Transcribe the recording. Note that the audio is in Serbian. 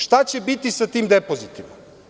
Šta će biti sa tim depozitima?